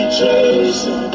chasing